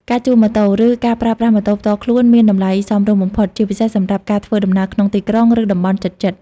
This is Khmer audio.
ការជួលម៉ូតូ ឬការប្រើប្រាស់ម៉ូតូផ្ទាល់ខ្លួនមាន តម្លៃសមរម្យបំផុត ជាពិសេសសម្រាប់ការធ្វើដំណើរក្នុងទីក្រុង ឬតំបន់ជិតៗ។